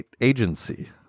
agency